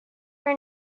her